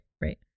right